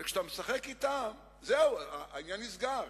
וכשאתה משחק אתם, זהו, העניין נסגר.